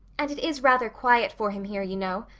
and it is rather quiet for him here, you know.